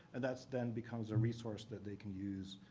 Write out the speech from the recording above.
and that then becomes a resource that they can use